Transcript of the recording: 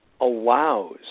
allows